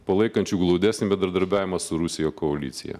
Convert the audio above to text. palaikančių glaudesnį bendradarbiavimą su rusija koalicija